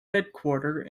headquarter